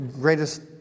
Greatest